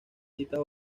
citas